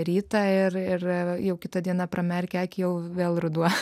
rytą ir ir jau kitą dieną pramerkė akį jau vėl ruduo